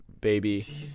baby